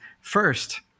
first